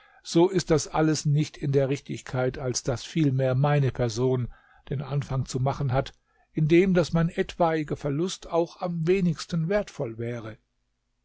so ist das alles nicht in der richtigkeit als daß vielmehr meine person den anfang zu machen hat indem daß mein etwaiger verlust auch am wenigsten wertvoll wäre